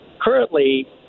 Currently